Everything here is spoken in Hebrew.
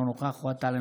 אינו נוכח אוהד טל,